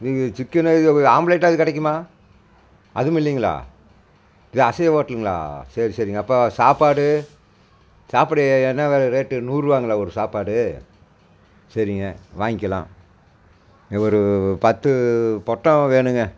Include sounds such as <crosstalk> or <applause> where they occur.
<unintelligible> chicken ஆம்லேட்டாது கிடைக்குமா அதுவும் இல்லைங்களா இது அசைவ ஹோட்டலுங்களாக சரி சரிங்க அப்போ சாப்பாடு சாப்பாடு என்ன ரேட்டு நூறுபாங்களா ஒரு சாப்பாடு சரிங்க வாங்க்கலாம் ஒரு பத்து பொட்டலம் வேணுங்க